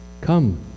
Come